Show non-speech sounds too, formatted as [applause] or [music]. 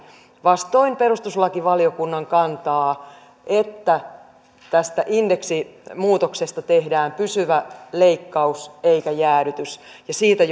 vastoin perustuslakivaliokunnan kantaa että tästä indeksimuutoksesta tehdään pysyvä leikkaus eikä jäädytys ja siitä [unintelligible]